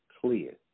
clear